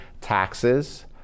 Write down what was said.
taxes